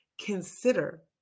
consider